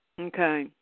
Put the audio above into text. Okay